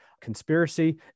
conspiracy